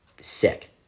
sick